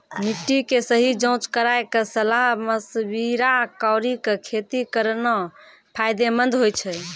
मिट्टी के सही जांच कराय क सलाह मशविरा कारी कॅ खेती करना फायदेमंद होय छै